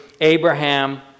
Abraham